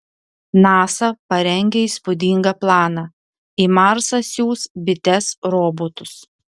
nasa parengė įspūdingą planą į marsą siųs bites robotus